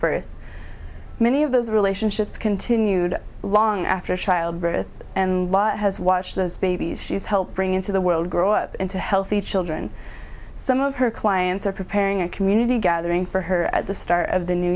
birth many of those relationships continued long after childbirth and lot has watched those babies she's helped bring into the world grow up into healthy children some of her clients are preparing a community gathering for her at the start of the new